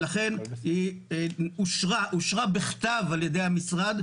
לכן היא אושרה בכתב על ידי המשרד,